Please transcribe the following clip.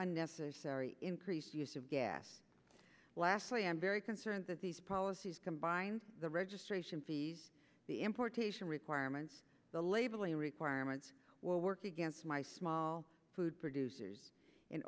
unnecessary increased use of gas actually i'm very concerned that these policies combined the registration fees the importation requirements the labeling requirements will work against my small food producers in